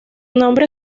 nombre